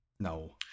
No